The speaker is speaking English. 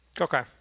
Okay